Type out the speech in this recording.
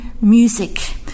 music